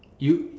you